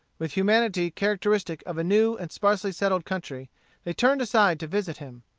with humanity characteristic of a new and sparsely settled country they turned aside to visit him.